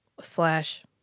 slash